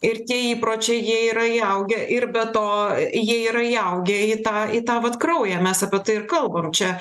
ir tie įpročiai jie yra įaugę ir be to jie yra įaugę į tą į tą vat kraują mes apie tai ir kalbam čia